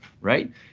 right